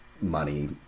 money